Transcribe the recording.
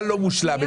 מה לא מושלם בחקיקה?